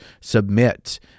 submit